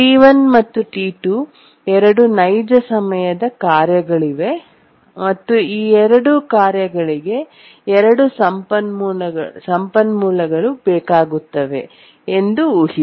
T1 ಮತ್ತು T2 ಎರಡು ನೈಜ ಸಮಯದ ಕಾರ್ಯಗಳಿವೆ ಮತ್ತು ಈ ಎರಡೂ ಕಾರ್ಯಗಳಿಗೆ ಎರಡು ಸಂಪನ್ಮೂಲಗಳು ಬೇಕಾಗುತ್ತವೆ ಎಂದು ಊಹಿಸಿ